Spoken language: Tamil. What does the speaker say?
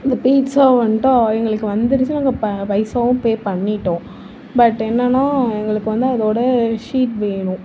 இந்த பீட்ஸா வந்துட்டு எங்களுக்கு வந்துருச்சி நாங்கள் ப பைசாவும் பே பண்ணிவிட்டோம் பட் என்னென்னால் எங்களுக்கு வந்து அதோடய ஷீட் வேணும்